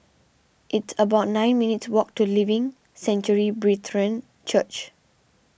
It's about nine minutes' walk to Living Sanctuary Brethren Church